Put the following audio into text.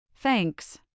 Thanks